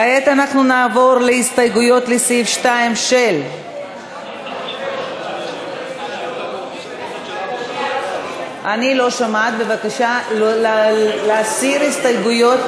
כעת אנחנו עוברים להסתייגויות לסעיף 2. כדי להסיר הסתייגויות,